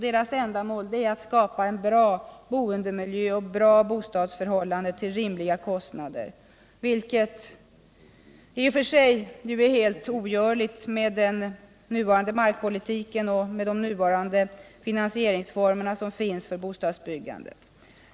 Deras ändamål är att skapa bra boendemiljö och bra boendeförhållanden till rimliga kostnader, vilket i och för sig är helt ogörligt med nuvarande markpolitik och finansieringsformer för bostadsbyggande.